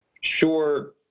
sure